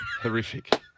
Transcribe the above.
Horrific